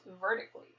vertically